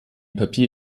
papier